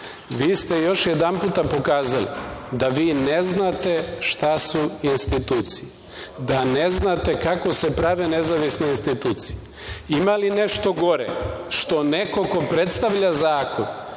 Vi ste još jedanputa pokazali da vi ne znate šta su institucije, da ne znate kako se prave nezavisne institucije. Ima li nešto gore što neko ko predstavlja zakon